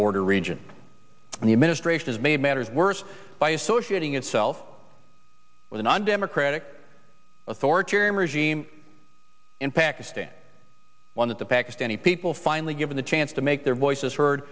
border region and the administration has made matters worse by associating itself with an undemocratic authoritarian regime in pakistan one that the pakistani people finally given the chance to make their voices